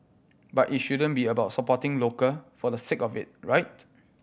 but it shouldn't be about supporting local for the sake of it right